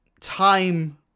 time